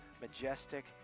majestic